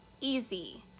easy